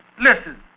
Listen